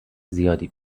زیادی